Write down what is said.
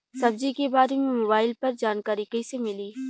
सब्जी के बारे मे मोबाइल पर जानकारी कईसे मिली?